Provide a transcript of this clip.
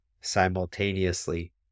simultaneously